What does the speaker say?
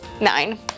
nine